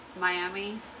Miami